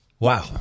Wow